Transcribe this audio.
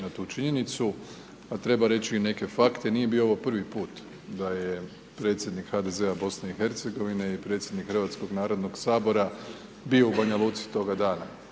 na tu činjenicu a treba reći i neke fakte, nije bio ovo prvi put da je predsjednik HDZ-a BiH-a i predsjednik Hrvatskog narodnog sabora bio u Banja Luci toga dana.